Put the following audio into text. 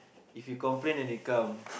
if you complain then they come